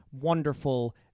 wonderful